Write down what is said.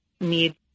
need